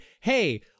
hey